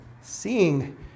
Seeing